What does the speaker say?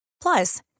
Plus